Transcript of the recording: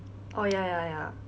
oh ya ya ya